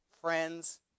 friend's